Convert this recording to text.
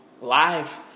live